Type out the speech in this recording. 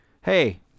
hey